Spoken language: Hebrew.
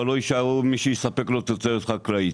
רק לא יישאר מי שיספק לו תוצרת חלב.